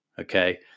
Okay